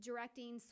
Directing